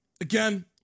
again